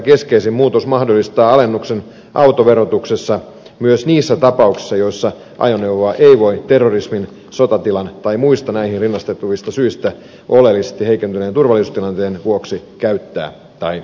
keskeisin muutos mahdollistaa alennuksen autoverotuksessa myös niissä tapauksissa joissa ajoneuvoa ei voi terrorismin tai sotatilan vuoksi tai muista näihin rinnastetuista syistä oleellisesti heikentyneen turvallisuustilanteen vuoksi käyttää tai säilyttää